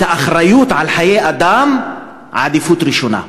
את האחריות לחיי אדם, בעדיפות ראשונה,